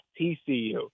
TCU